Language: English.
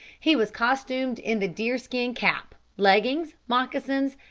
he was costumed in the deerskin cap, leggings, moccasins,